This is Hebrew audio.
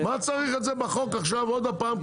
מה צריך את זה בחוק עכשיו עוד פעם?